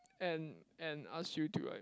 and and ask you to like